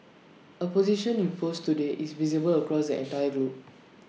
A position you post today is visible across entire globe